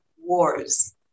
wars